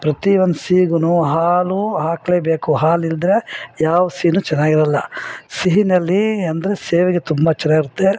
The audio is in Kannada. ಪ್ರತಿ ಒಂದು ಸಿಹಿಗು ಹಾಲು ಹಾಕಲೇಬೇಕು ಹಾಲಿಲ್ಲದ್ರೆ ಯಾವ ಸಿಹಿನೂ ಚೆನ್ನಾಗಿರಲ್ಲ ಸಿಹಿನಲ್ಲಿ ಅಂದರೆ ಶಾವಿಗೆ ತುಂಬ ಚೆನ್ನಾಗಿರುತ್ತೆ